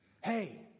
Hey